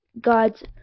God's